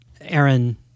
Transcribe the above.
Aaron